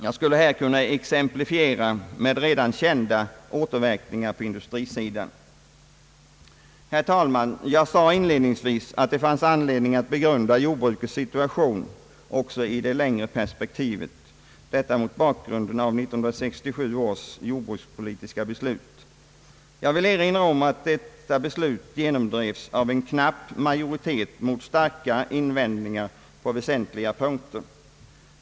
Jag skulle här kunna exemplifiera med redan kända återverkningar på industrisidan. Herr talman! Jag sade inledningsvis att det fanns anledning begrunda jordbrukets situation också i det längre perspektivet, detta mot bakgrund av 1967 års jordbrukspolitiska beslut. Jag vill erinra om att detta beslut genomdrevs av en knapp majoritet mot starka invändningar på väsentliga punkter.